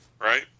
right